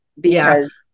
because-